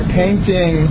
painting